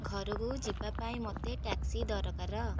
ଘରକୁ ଯିବା ପାଇଁ ମୋତେ ଟ୍ୟାକ୍ସି ଦରକାର